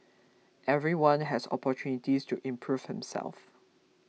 everyone has opportunities to improve himself